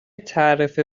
تعرفه